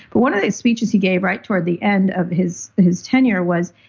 but one of the speeches he gave right toward the end of his his tenure was,